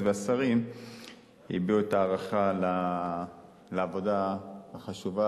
והשרים הביעו הערכה על העבודה החשובה